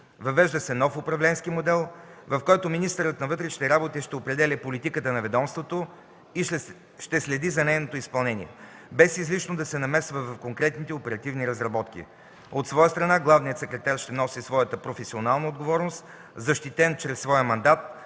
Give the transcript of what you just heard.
Въвежда се нов управленски модел, в който министърът на вътрешните работи ще определя политиката на ведомството и ще следи за нейното изпълнение, без излишно да се намесва в конкретните оперативни разработки. От своя страна, главният секретар ще носи професионалната си отговорност, защитен чрез своя мандат